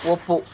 ಒಪ್ಪು